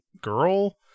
girl